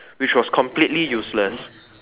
which was completely useless